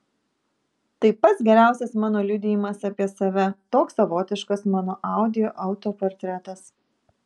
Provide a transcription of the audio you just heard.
tai pats geriausias mano liudijimas apie save toks savotiškas mano audio autoportretas